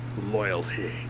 loyalty